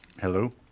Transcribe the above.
Hello